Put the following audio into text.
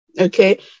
Okay